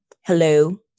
hello